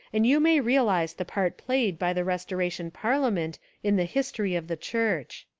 and you may realise the part played by the restoration parliament in the history of the church.